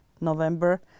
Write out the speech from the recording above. November